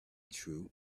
true